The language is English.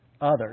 others